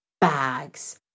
bags